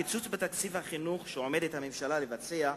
הקיצוץ בתקציב החינוך שעומדת הממשלה לבצע,